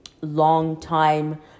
long-time